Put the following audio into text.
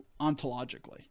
ontologically